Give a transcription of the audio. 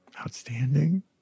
Outstanding